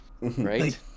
Right